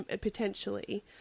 potentially